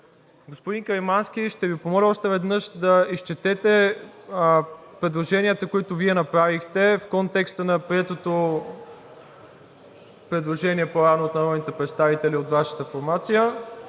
Господин Каримански, ще Ви помоля още веднъж да изчетете предложенията, които Вие направихте в контекста на приетото предложение по-рано от народните представители от Вашата формация.